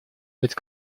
быть